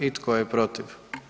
I tko je protiv?